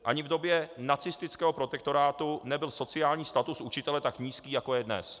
Ani v době nacistického protektorátu nebyl sociální status učitele tak nízký, jako je dnes.